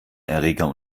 erreger